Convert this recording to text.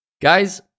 Guys